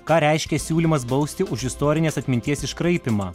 ką reiškia siūlymas bausti už istorinės atminties iškraipymą